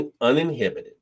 uninhibited